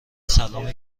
سلام